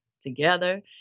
together